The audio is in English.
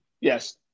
Yes